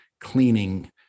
cleaning